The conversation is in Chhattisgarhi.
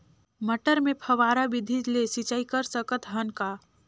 मटर मे फव्वारा विधि ले सिंचाई कर सकत हन का?